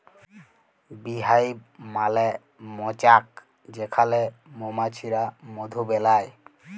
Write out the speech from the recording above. bee hive মালে মচাক যেখালে মমাছিরা মধু বেলায়